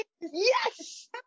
Yes